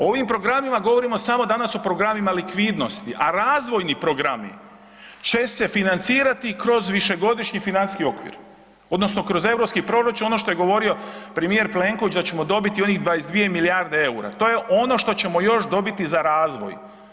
Ovim programima govorimo samo danas o programima likvidnosti, a razvojni programi će se financirati kroz višegodišnji financijski okvir odnosno kroz EU proračun, ono što je govorio premijer Plenković da ćemo dobiti onih 22 milijarde eura, to je ono što ćemo još dobit za razvoj.